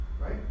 right